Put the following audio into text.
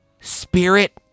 Spirit